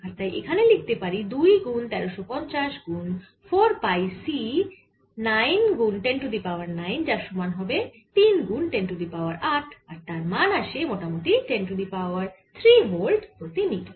আর তাই এখানে লিখতে পারি 2 গুন 1350 গুন 4 পাই বাই c 9 গুন10 টু দি পাওয়ার 9 যার সমান হবে 3 গুন 10 টু দি পাওয়ার 8 আর তার মান আসে মোটামুটি 10 টু দি পাওয়ার 3 ভোল্ট প্রতি মিটার